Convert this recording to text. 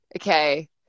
okay